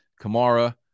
Kamara